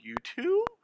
YouTube